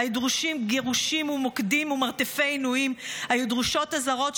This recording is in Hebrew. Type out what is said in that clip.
היו דרושים גירושים ומוקדים ומרתפי עינויים --- היו דרושות אזהרות,